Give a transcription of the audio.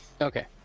Okay